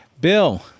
Bill